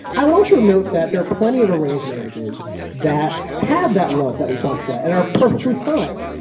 i would also note that there are plenty of arranged marriages that have that love that we talked about and are perfectly fine.